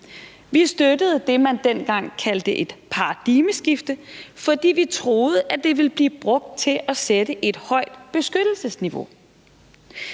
Vi støttede det, man dengang kaldte et paradigmeskifte, fordi vi troede, at det ville blive brugt til at sætte et højt beskyttelsesniveau,